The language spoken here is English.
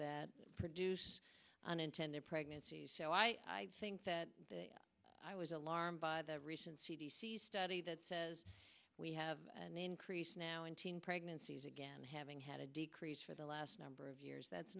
that produce unintended pregnancies so i think that i was alarmed by the recent c d c study that says we have an increase now in teen pregnancies again having had a decrease for the last number of years that's